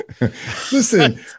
Listen